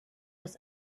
was